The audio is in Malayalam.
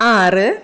ആറ്